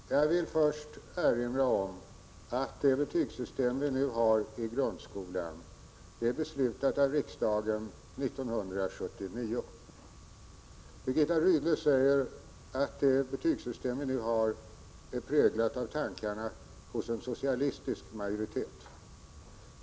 Herr talman! Jag vill först erinra om att det betygssystem vi nu har i grundskolan beslutades av riksdagen 1979. Birgitta Rydle säger att det betygssystem vi nu har är präglat av tankarna hos en socialistisk majoritet.